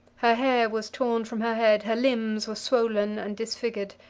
her hair was torn from her head, her limbs were swollen and disfigured,